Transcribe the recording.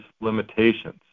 limitations